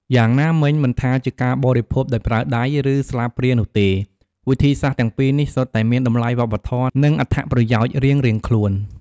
យ៉ាងណាមិញ មិនថាជាការបរិភោគដោយប្រើដៃ ឬស្លាបព្រានោះទេ វិធីសាស្ត្រទាំងពីរនេះសុទ្ធតែមានតម្លៃវប្បធម៌ និងអត្ថប្រយោជន៍រៀងៗខ្លួន។